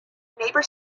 neighbour